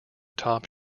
top